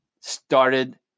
started